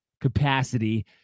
capacity